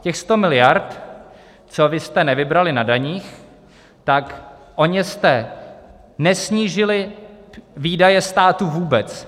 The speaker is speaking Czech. Těch 100 miliard, co vy jste nevybrali na daních, tak o ně jste nesnížili výdaje státu vůbec.